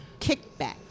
kickback